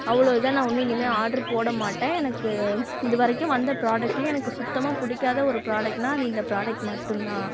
அவ்வளோ இதாக நான் ஒன்றும் இனிமேல் ஆர்ட்ரு போட மாட்டேன் எனக்கு இதுவரைக்கும் வந்த ப்ராடக்ட்லேயே எனக்கு சுத்தமாக பிடிக்காத ஒரு ப்ராடக்ட்டுனா அது இந்த ப்ராடக்ட் மட்டும் தான்